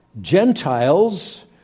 Gentiles